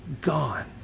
gone